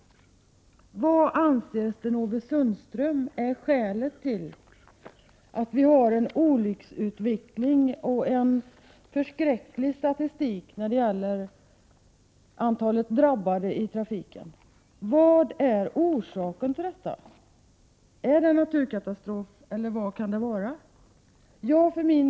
Vilket skäl tror Sten-Ove Sundström att det finns till att vi har den utveckling vi har när det gäller olyckorna och en förskräcklig statistik över antalet drabbade i trafiken? Vad är orsaken till detta? Är det en naturkatastrof, eller vad kan det vara fråga om?